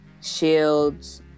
SHIELD's